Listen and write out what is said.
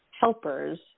helpers